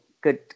good